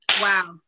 Wow